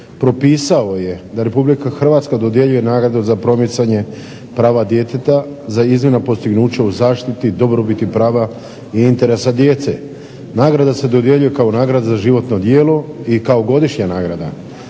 propisao je da RH dodjeljuje nagradu za promicanje prava djeteta za iznimna postignuća u zaštiti, dobrobiti prava i interesa djece. Nagrada se dodjeljuje kao nagrada za životno djelo i kao godišnja nagrada.